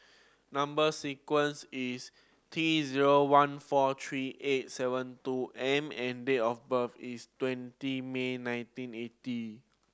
number sequence is T zero one four three eight seven two M and date of birth is twenty May nineteen eighty